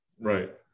right